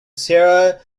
serra